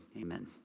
amen